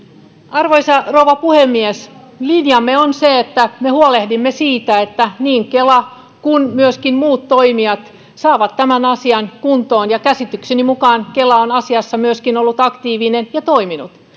arvoisa rouva puhemies linjamme on se että me huolehdimme siitä että niin kela kuin myöskin muut toimijat saavat tämän asian kuntoon ja käsitykseni mukaan kela on asiassa myöskin ollut aktiivinen ja toiminut